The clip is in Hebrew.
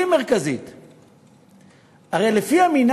בעד, ללא